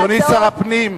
אדוני שר הפנים,